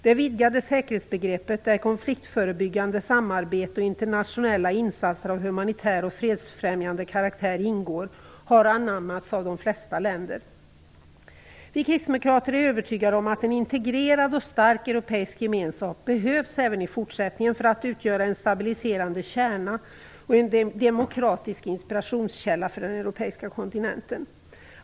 Det vidgade säkerhetsbegreppet, där konfliktförebyggande samarbete och internationella insatser av humanitär och fredsfrämjande karaktär ingår, har anammats av de flesta länder. Vi kristdemokrater är övertygade om att det även i fortsättningen behövs en integrerad och stark europeisk gemenskap som kan utgöra en stabiliserande kärna och en demokratisk inspirationskälla för den europeiska kontinenten.